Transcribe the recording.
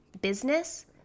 business